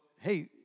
hey